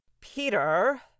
Peter